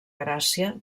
gràcia